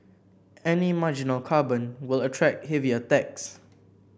any marginal carbon will attract heavier tax